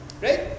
right